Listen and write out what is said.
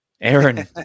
Aaron